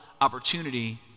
opportunity